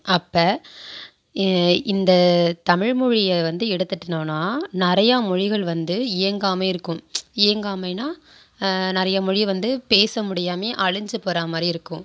அப்போ இந்த தமிழ்மொழியை வந்து எடுத்துட்டோம்னா நிறையா மொழிகள் வந்து இயங்காமலிருக்கும் இயங்காமைன்னா நிறையா மொழி வந்து பேச முடியாமயே அழிஞ்சு போகிற மாதிரி இருக்கும்